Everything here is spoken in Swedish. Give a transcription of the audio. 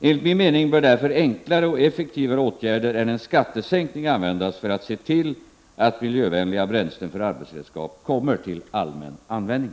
Enligt min mening bör därför enklare och effektivare åtgärder än en skattesänkning användas för att se till att miljövänliga bränslen för arbetsredskap kommer till allmän användning.